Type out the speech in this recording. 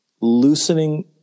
loosening